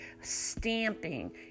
stamping